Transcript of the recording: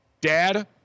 Dad –